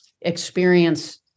experience